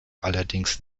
allerdings